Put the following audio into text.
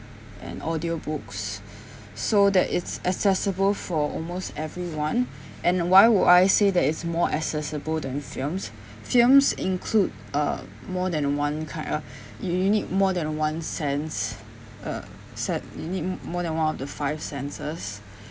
and audiobooks so that it's accessible for almost everyone and why would I say that it's more accessible than films films include uh more than one kind uh you you need more than one sense uh sen~ you need more than one of the five senses